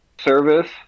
Service